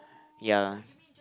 ya